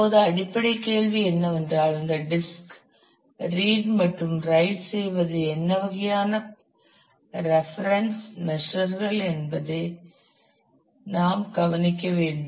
இப்போது அடிப்படை கேள்வி என்னவென்றால் இந்த டிஸ்கில் ரீட் மற்றும் ரைட் செய்வது என்ன வகையான பெர்ஃபாமென்ஸ் மெசர் கள் என நாம் கவனிக்க வேண்டும்